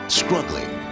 struggling